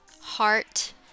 heart